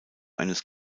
eines